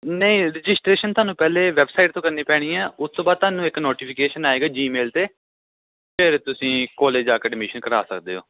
ਨਹੀਂ ਰਜਿਸਟ੍ਰੇਸ਼ਨ ਤੁਹਾਨੂੰ ਪਹਿਲਾਂ ਵੈੱਬਸਾਈਟ ਤੋਂ ਕਰਨੀ ਪੈਣੀ ਹੈ ਉਸ ਤੋਂ ਬਾਅਦ ਤੁਹਾਨੂੰ ਇੱਕ ਨੋਟੀਫਿਕੇਸ਼ਨ ਆਏਗਾ ਜੀਮੇਲ 'ਤੇ ਫਿਰ ਤੁਸੀਂ ਕੋਲੇਜ ਜਾ ਕੇ ਅਡਮੀਸ਼ਨ ਕਰਾ ਸਕਦੇ ਹੋ